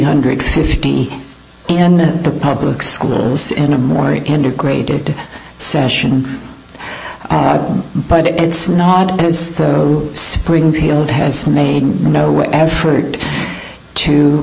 hundred and fifty and the public schools in a more integrated session but it's not because springfield has made no effort to